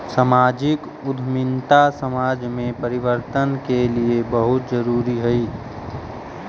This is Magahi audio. सामाजिक उद्यमिता समाज में परिवर्तन के लिए बहुत जरूरी हई